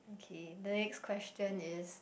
kay the next question is